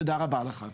תודה רבה לך.